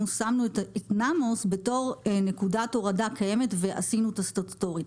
שמנו את נאמוס בתור נקודת הורדה קיימת ועשינו אותה סטטוטורית.